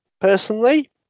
personally